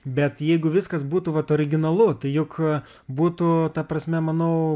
bet jeigu viskas būtų vat originalu tai juk būtų ta prasme manau